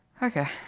okay.